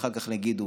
שאחר כך יגידו